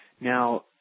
Now